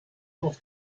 auf